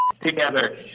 together